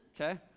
Okay